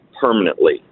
permanently